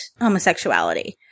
homosexuality